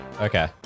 Okay